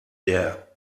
der